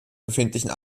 befindlichen